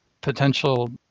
potential